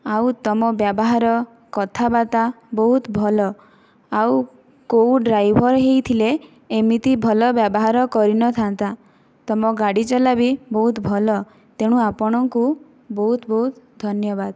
ଆଉ ତୁମ ବ୍ୟବହାର କଥାବାର୍ତ୍ତା ବହୁତ ଭଲ ଆଉ କେଉଁ ଡ୍ରାଇଭର ହୋଇଥିଲେ ଏମିତି ଭଲ ବ୍ୟବହାର କରିନଥାନ୍ତା ତୁମ ଗାଡ଼ି ଚଲା ବି ବହୁତ ଭଲ ତେଣୁ ଆପଣଙ୍କୁ ବହୁତ ବହୁତ ଧନ୍ୟବାଦ